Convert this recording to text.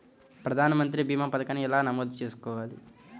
ప్రధాన మంత్రి భీమా పతకాన్ని ఎలా నమోదు చేసుకోవాలి?